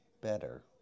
better